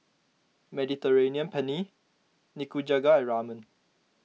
Mediterranean Penne Nikujaga and Ramen